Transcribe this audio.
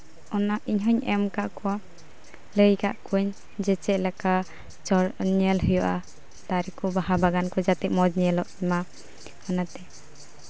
ᱚᱱᱟ ᱤᱧ ᱦᱚᱧ ᱮᱢ ᱠᱟᱜ ᱠᱚᱣᱟ ᱞᱟᱹᱭ ᱠᱟᱜ ᱠᱚᱣᱟᱧ ᱡᱮ ᱪᱮᱫ ᱞᱮᱠᱟ ᱪᱚᱞ ᱧᱮᱞ ᱦᱩᱭᱩᱜᱼᱟ ᱛᱟᱨ ᱠᱚ ᱵᱟᱦᱟ ᱵᱟᱜᱟᱱ ᱠᱚ ᱡᱟᱛᱮ ᱢᱚᱡᱽ ᱧᱮᱞᱚᱜ ᱢᱟ ᱚᱱᱟᱛᱮ